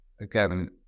again